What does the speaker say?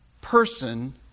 person